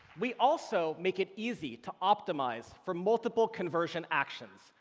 we also make it easy to optimize for multiple conversion actions,